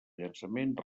llançament